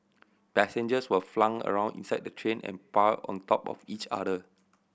passengers were flung around inside the train and piled on top of each other